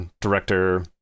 director